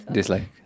Dislike